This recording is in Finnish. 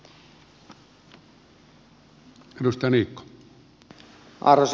arvoisa puhemies